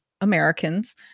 Americans